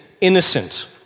innocent